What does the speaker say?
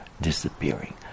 disappearing